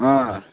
अँ